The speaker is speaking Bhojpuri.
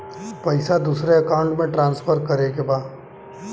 पैसा दूसरे अकाउंट में ट्रांसफर करें के बा?